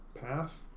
path